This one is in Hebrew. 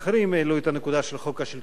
העלו את הנקודה של חוק השלטון המקומי.